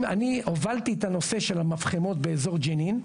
אני הובלתי את הנושא של המפחמות באזור ג'נין.